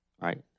right